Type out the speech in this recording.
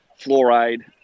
fluoride